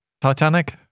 Titanic